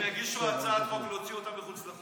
הם יגישו הצעת חוק להוציא אותם מחוץ לחוק.